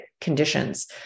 conditions